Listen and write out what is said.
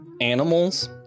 animals